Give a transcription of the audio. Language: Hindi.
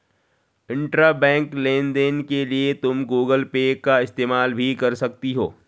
इंट्राबैंक लेन देन के लिए तुम गूगल पे का इस्तेमाल भी कर सकती हो